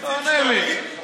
תענה לי.